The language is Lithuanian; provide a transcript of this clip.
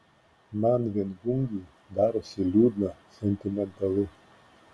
man viengungiui darosi liūdna sentimentalu